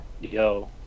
yo